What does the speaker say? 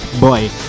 boy